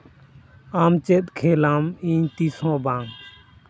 ᱟᱢ ᱪᱮᱫ ᱠᱷᱮᱞᱟᱢ ᱤᱧ ᱛᱤᱥ ᱦᱚᱸ ᱵᱟᱝ